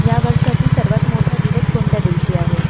या वर्षातील सर्वात मोठा दिवस कोणत्या दिवशी आहे